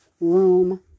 room